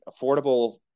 affordable